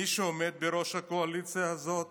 מי שעומד בראש הקואליציה הזאת